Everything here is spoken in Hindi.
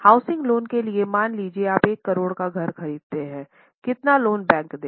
हाउसिंग लोन के लिए मान लीजिए आप 1 करोड़ का घर खरीद रहे हैं कितना लोन बैंक देंगा